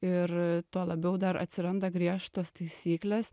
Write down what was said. ir tuo labiau dar atsiranda griežtos taisyklės